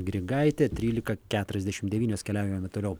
grigaitė trylika keturiasdešimt devynios keliaujame toliau